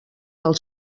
del